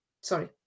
Sorry